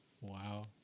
Wow